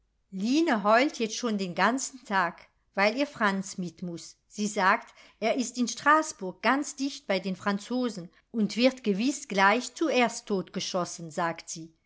line heult jetzt schon den ganzen tag weil ihr franz mitmuß sie sagt er ist in straßburg ganz dicht bei den franzosen und wird gewiß gleich zuerst totgeschossen sagt sie